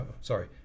Sorry